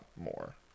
more